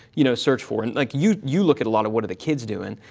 you know, search for. and like you, you look at a lot of what are the kids doing?